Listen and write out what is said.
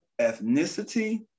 ethnicity